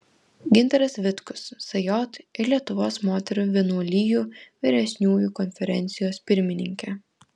gintaras vitkus sj ir lietuvos moterų vienuolijų vyresniųjų konferencijos pirmininkė